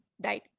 died